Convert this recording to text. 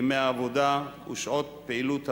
ימי עבודה ושעות פעילות המעון,